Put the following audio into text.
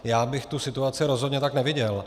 Já bych tu situaci rozhodně tak neviděl.